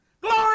Glory